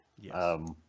Yes